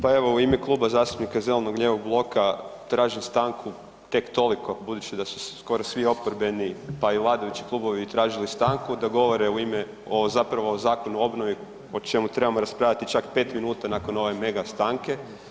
Pa evo u ime Kluba zastupnika zeleno-lijevog bloka tražim stanku tek toliko budući da su se skoro svi oporbeni, pa i vladajući klubovi tražili stanku da govore u ime o, zapravo o Zakonu o obnovu o čemu trebamo raspravljati čak 5 minuta nakon ove mega stanke.